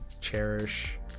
cherish